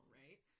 right